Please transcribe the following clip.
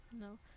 no